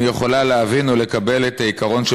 אני יכולה להבין ולקבל את העיקרון של